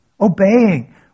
obeying